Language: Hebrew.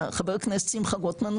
חבר הכנסת שמחה רוטמן,